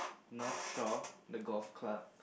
North Shore the golf club